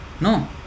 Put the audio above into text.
No